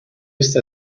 used